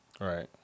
Right